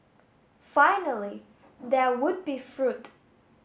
finally there would be fruit